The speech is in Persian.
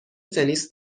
تنیس